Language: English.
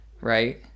right